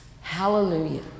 Hallelujah